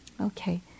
Okay